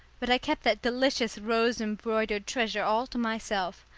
but i kept that delicious rose-embroidered treasure all to myself.